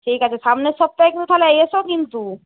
ঠিক আছে সামনের সপ্তাহে কিন্তু তাহলে এসো কিন্তু